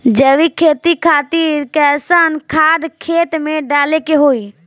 जैविक खेती खातिर कैसन खाद खेत मे डाले के होई?